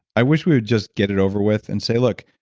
i wish we would just get it over with and say, look,